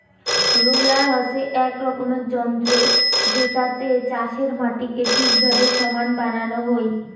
roller হসে এক রকমের যন্ত্র জেতাতে চাষের মাটিকে ঠিকভাবে সমান বানানো হই